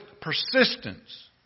persistence